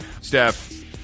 Steph